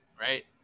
right